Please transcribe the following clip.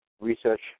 research